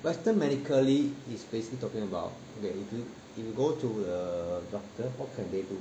western medically is basically talking about okay if you go to the err doctor what can they do